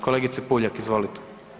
Kolegice Puljak, izvolite.